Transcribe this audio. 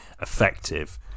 effective